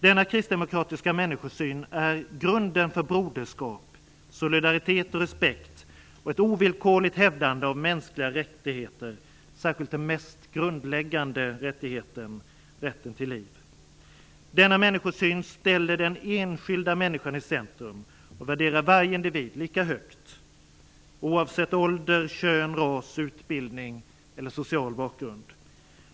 Denna kristdemokratiska människosyn är grunden för broderskap, solidaritet, respekt och ovillkorligt hävdande av mänskliga rättigheter, särskilt den mest grundläggande rättigheten, rätten till liv. Denna människosyn ställer den enskilda människan i centrum och värderar varje individ lika högt oavsett ålder, kön, ras, utbildning eller social bakgrund.